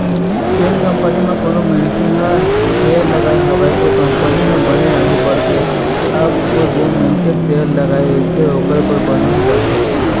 जेन कंपनी म कोनो मनखे ह सेयर लगाय हवय ओ कंपनी ह बने आघु बड़गे तब तो जेन मनखे ह शेयर लगाय रहिथे ओखर बर बने हो जाथे